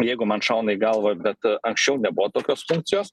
jeigu man šauna į galvą bet anksčiau nebuvo tokios funkcijos